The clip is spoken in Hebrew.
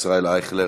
ישראל אייכלר?